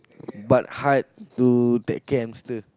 but hard to take care hamster